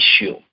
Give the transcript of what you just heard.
issue